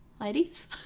Ladies